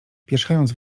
pierzchając